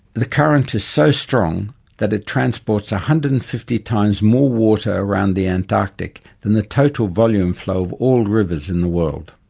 the current is so strong that it transports one hundred and fifty times more water around the antarctic than the total volume flow of all rivers in the world.